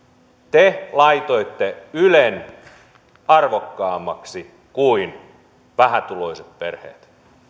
te laitoitte ylen arvokkaammaksi kuin vähätuloiset perheet